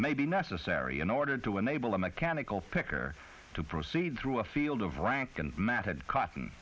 may be necessary in order to enable a mechanical picker to proceed through a field of rank and method cotton